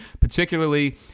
particularly